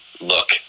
look